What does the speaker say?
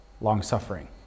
long-suffering